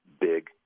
big